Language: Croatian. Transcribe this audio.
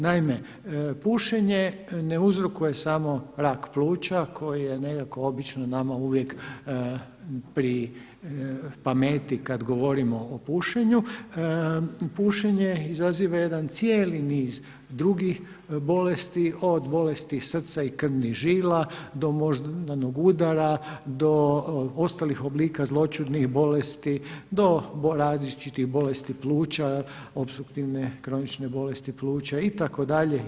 Naime, pušenje ne uzrokuje samo rak pluća koji je nekako obično nama uvijek pri pameti kad govorimo o pušenju, pušenje izaziva jedan cijeli niz drugih bolesti od bolesti srca i krvnih žila do moždanog udara, do ostalih oblika zloćudnih bolesti, do različitih bolesti pluća, opstruktivne kronične bolesti pluća itd.